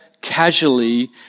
casually